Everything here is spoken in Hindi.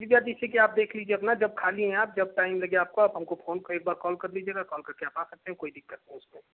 जी भैया जैसे कि आप देख लीजिए अपना जब खाली हैं आप जब टाइम लगे आपको आप हमको फोन एक बार कॉल कर लीजिएगा कॉल करके आप आ सकते हैं कोई दिक्कत नहीं उसमें